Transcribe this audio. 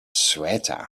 ceuta